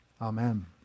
Amen